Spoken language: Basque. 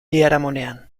biharamunean